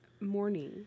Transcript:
morning